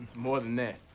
more than that.